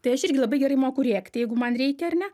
tai aš irgi labai gerai moku rėkti jeigu man reikia ar ne